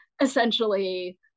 essentially